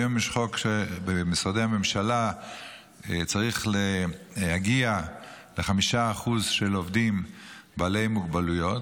היום יש חוק שבמשרדי הממשלה צריך להגיע ל-5% עובדים בעלי מוגבלויות,